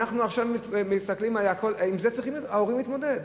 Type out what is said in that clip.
עם זה צריכים ההורים להתמודד.